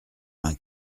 vingt